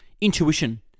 Intuition